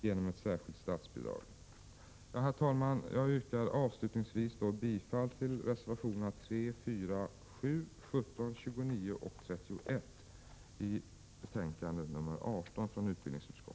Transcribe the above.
Herr talman! Jag yrkar avslutningsvis bifall till reservationerna 3, 4, 7, 17, 29 och 31 i utbildningsutskottets betänkande 18.